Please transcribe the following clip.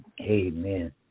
Amen